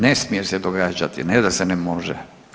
Ne smije se događati, ne da se ne može.